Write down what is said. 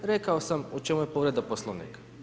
Rekao sam u čemu je povreda Poslovnika.